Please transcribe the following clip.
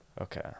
Okay